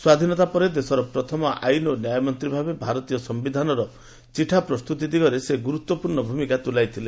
ସ୍ୱାଧୀନତା ପରେ ଦେଶର ପ୍ରଥମ ଆଇନ୍ ଓ ନ୍ୟାୟମନ୍ତ୍ରୀ ଭାବେ ଭାରତୀୟ ସିୟିଧାନର ଚିଠା ପ୍ରସ୍ତୁତି ଦିଗରେ ସେ ଗୁରୁତ୍ୱପୂର୍ଣ୍ଣ ଭୂମିକା ତୁଲାଇଥିଲେ